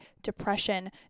depression